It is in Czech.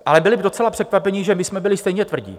Ale byli docela překvapení, že my jsme byli stejně tvrdí.